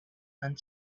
and